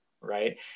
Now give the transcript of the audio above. right